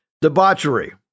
Debauchery